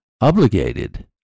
obligated